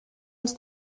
els